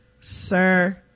sir